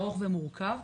ארוך ומורכב.